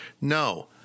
No